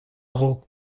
raok